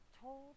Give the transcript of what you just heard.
told